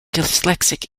dyslexic